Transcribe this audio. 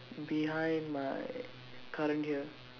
behind my current year